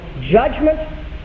judgment